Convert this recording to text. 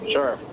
Sure